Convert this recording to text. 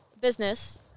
business